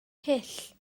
hyll